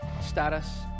Status